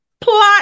Plot